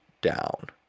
down